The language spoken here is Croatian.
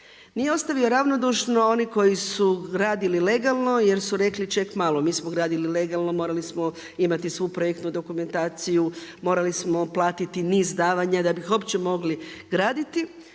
Nije ostavio ravnodušne oni koji su radili legalno jer su rekli ček malo mi smo gradili legalno morali smo imati svu projektnu dokumentaciju, morali smo platiti niz davanja da bi uopće mogli graditi,